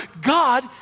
God